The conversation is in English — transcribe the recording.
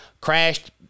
crashed